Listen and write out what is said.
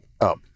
up